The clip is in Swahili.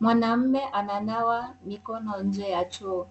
Mwanaume ananawa mkono nje ya choo